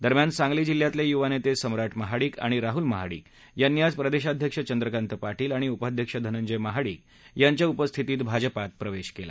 दरम्यान सांगली जिल्ह्यातले युवा नेते सम्राट महाडिक आणि राहल महाडिक यांनी आज प्रदेशाध्यक्ष चंद्रकांत पाटील आणि उपाध्यक्ष धनंजय महाडिक यांच्या उपस्थितीत भाजपात प्रवेश केला